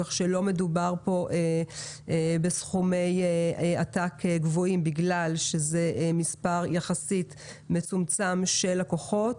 כך שלא מדובר כאן בסכומי עתק מאחר שמדובר במספר יחסית מצומצם של לקוחות.